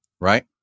Right